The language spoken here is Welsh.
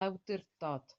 awdurdod